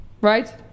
right